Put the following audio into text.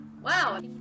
Wow